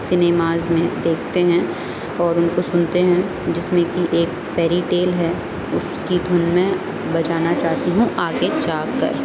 cinemas میں دیکھتے ہیں اور ان کو سنتے ہیں جس میں کہ ایک فیری ٹیل ہے اس کی دھن میں بجانا چاہتی ہوں آگے جا کر